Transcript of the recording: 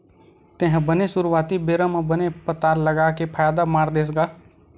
तेहा बने सुरुवाती बेरा म बने पताल लगा के फायदा मार देस गा?